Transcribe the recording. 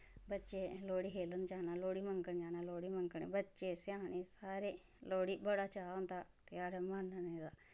बच्चें लोह्ड़ी खेलन जाना लोह्ड़ी मंगन जाना लोह्ड़ी मंगन बच्चे स्याने सारे लोह्ड़ी बड़ा चाऽ होंदा त्यहार बनाने दा